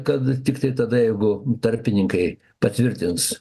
kad tiktai tada jeigu tarpininkai patvirtins